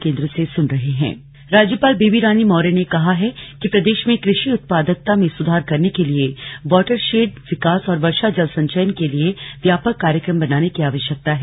राज्यपाल दीक्षांत समारोह राज्यपाल बेबी रानी मौर्य ने कहा है कि प्रदेश में कृषि उत्पादकता में सुधार करने के लिए वॉटरशेड विकास और वर्षा जल संचयन के लिए व्यापक कार्यक्रम बनाने की आवश्यकता है